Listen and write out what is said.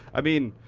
i mean,